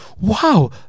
wow